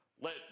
Let